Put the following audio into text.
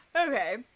okay